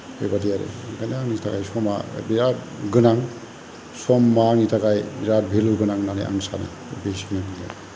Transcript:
बेबादि आरो ओंखायनो आंनि थाखाय समा बेराद गोनां समा आंनि थाखाय बिराद भेलु गोनां होननानै आं सानो बेखिनियानो